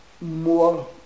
more